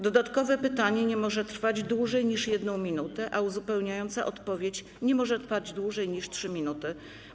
Dodatkowe pytanie nie może trwać dłużej niż 1 minutę, a uzupełniająca odpowiedź nie może trwać dłużej niż 3 minuty.